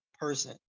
person